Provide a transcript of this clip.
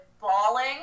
bawling